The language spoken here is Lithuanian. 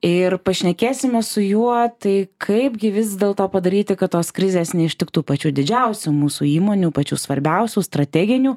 ir pašnekėsime su juo tai kaipgi vis dėlto padaryti kad tos krizės neištiktų pačių didžiausių mūsų įmonių pačių svarbiausių strateginių